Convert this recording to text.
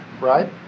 right